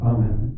Amen